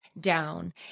down